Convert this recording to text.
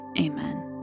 Amen